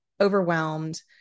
overwhelmed